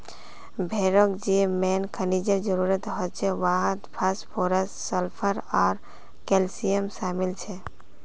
भेड़क जे मेन खनिजेर जरूरत हछेक वहात फास्फोरस सल्फर आर कैल्शियम शामिल छेक